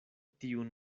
tiun